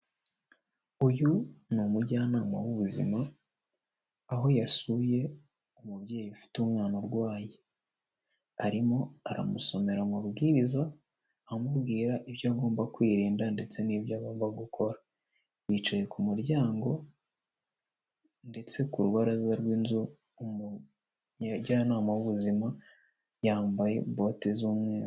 Uyu ni umujyanama w'ubuzima, aho yasuye umubyeyi ufite umwana urwaye, arimo aramusomera amabwiriza amubwira ibyo agomba kwirinda, ndetse n'ibyo agomba gukora, bicaye ku muryango ndetse ku rubaraza rw'inzu umujyanama w'ubuzima yambaye bote z'umweru.